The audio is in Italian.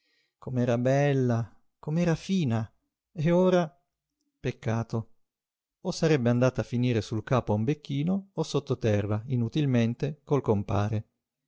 com'era bella com'era fina e ora peccato o sarebbe andata a finire sul capo a un becchino o sottoterra inutilmente col compare